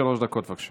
שלוש דקות, בבקשה.